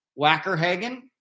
Wackerhagen